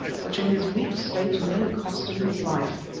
which in his weak state nearly cost him his life,